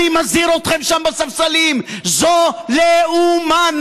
אני מזהיר אתכם שם בספסלים, זו ל-או-מ-נות.